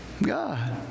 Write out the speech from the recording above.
God